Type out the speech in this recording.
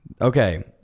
Okay